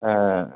ആ